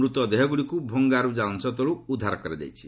ମୃତ ଦେହଗୁଡ଼ିକୁ ଭଙ୍ଗାରୁଜା ଅଂଶତଳୁ ଉଦ୍ଧାର କରାଯାଇଛି